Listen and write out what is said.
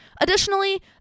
Additionally